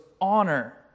honor